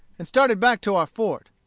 and started back to our fort.